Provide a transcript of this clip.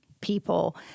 people